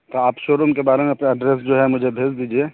تو آپ showroom کے بارے میں اپنا ایڈریس جو ہے مجھے بھیج دیجیے